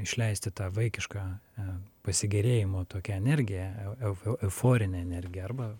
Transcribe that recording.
išleisti tą vaikišką pasigėrėjimo tokią energiją euforinę energiją arba